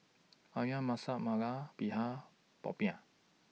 Ayam Masak Merah Begedil Popiah